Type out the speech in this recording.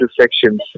sections